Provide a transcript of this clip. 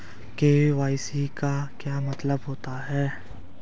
KYC का क्या मतलब होता है?